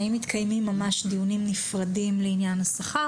האם מתקיימים דיונים נפרדים לעניין השכר